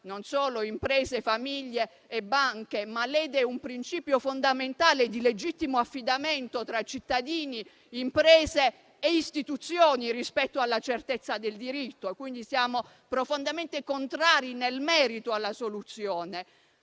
difficoltà imprese, famiglie e banche, ma lede un principio fondamentale di legittimo affidamento tra cittadini, imprese e istituzioni rispetto alla certezza del diritto - quindi siamo profondamente contrari nel merito - la soluzione